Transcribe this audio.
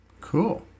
Cool